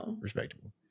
respectable